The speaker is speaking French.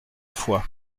foix